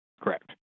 Correct